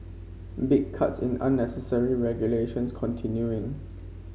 big cuts in unnecessary regulations continuing